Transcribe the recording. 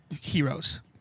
heroes